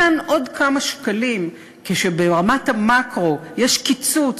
מתן עוד כמה שקלים כשברמת המקרו יש קיצוץ